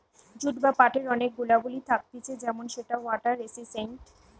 jute বা পাটের অনেক গুণাবলী থাকতিছে যেমন সেটা ওয়াটার রেসিস্টেন্ট